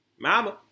Mama